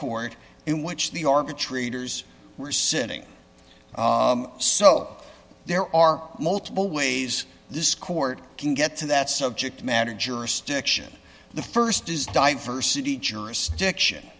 court in which the organ traders were sitting so there are multiple ways this court can get to that subject matter jurisdiction the st is diversity jurisdiction